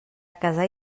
casar